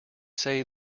say